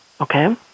Okay